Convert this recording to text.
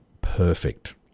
perfect